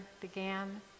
began